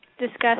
discuss